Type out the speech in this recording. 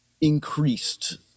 increased